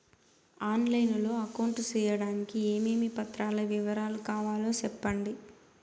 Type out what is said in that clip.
On line లో account సేయడానికి ఏమేమి పత్రాల వివరాలు కావాలో సెప్పండి?